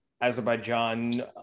Azerbaijan